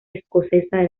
escocesa